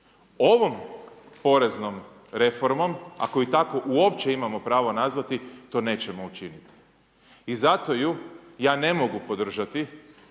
Ovom poreznom reformom, ako je tako uopće imamo pravo nazvati, to nećemo učiniti. I zato ju ja ne mogu podržati